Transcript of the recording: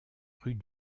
rue